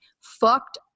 fucked